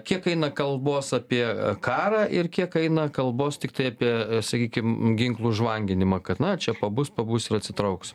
kiek eina kalbos apie karą ir kiek eina kalbos tiktai apie sakykim ginklų žvanginimą kad na čia pabus pabus ir atsitrauks